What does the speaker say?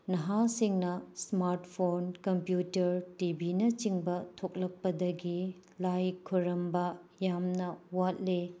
ꯅꯍꯥꯁꯤꯡꯅ smart phone computer ꯇꯤꯚꯤꯅ ꯆꯤꯡꯕ ꯊꯣꯛꯂꯛꯄꯗꯒꯤ ꯂꯥꯏ ꯈꯨꯔꯨꯝꯕ ꯌꯥꯝꯅ ꯋꯥꯠꯂꯦ